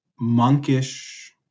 monkish